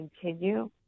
continue